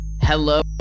Hello